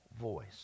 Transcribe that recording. voice